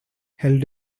held